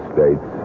States